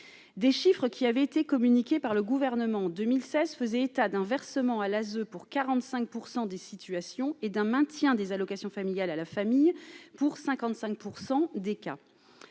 des chiffres qui avaient été communiquées par le gouvernement en 2016 faisait état d'un versement à l'ASE pour 45 % des situations et d'un maintien des allocations familiales à la famille pour 55 % des cas